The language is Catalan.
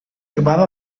trobava